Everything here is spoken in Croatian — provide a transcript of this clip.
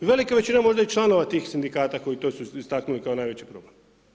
Velika većina možda je i članova tih sindikata koji to su istaknuli kao najveći problem.